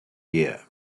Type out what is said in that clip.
year